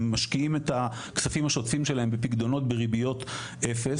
משקיעים את הכספים השוטפים שלהם בפיקדונות בריביות אפס.